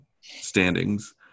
standings